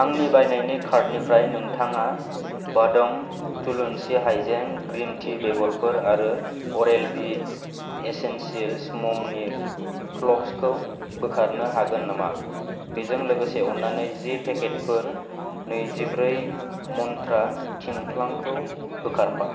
आंनि बायनायनि कार्टनिफ्राय नोंथाङा वादम थुलुन्सि हायजें ग्रिन टि बेगफोर आरो अरेल बि एसेन्सियेल ममनि फ्ल'सखौ बोखारनो हागोन नामा बेजों लोगोसे अन्नानै जि पेकेटफोर नैजिब्रै मन्त्रा थिनख्लांखौ बोखारफा